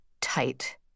Tight